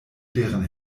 deren